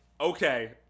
okay